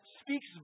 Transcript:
speaks